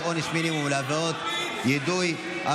את זה,